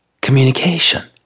communication